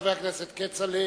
תודה רבה.